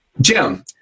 Jim